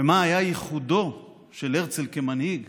מה היה ייחודו של הרצל כמנהיג